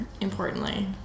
importantly